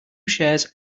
shares